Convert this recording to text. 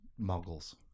muggles